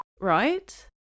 right